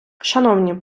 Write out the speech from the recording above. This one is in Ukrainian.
шановні